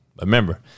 remember